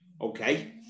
okay